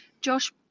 Josh